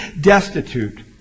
destitute